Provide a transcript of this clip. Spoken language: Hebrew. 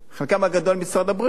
חלקם הגדול משרד הבריאות,